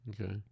Okay